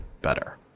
better